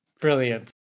brilliant